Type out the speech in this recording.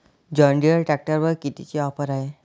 John Deere ट्रॅक्टरवर कितीची offer हाये?